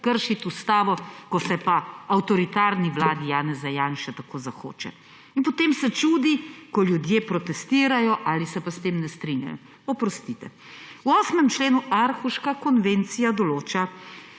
kršiti Ustave, ko se avtoritarni vladi Janeza Janše tako zahoče in potem se čudi, ko ljudje protestirajo ali se pa s tem ne strinjajo. Oprostite. V 8. členu Aarhuška konvencija določa,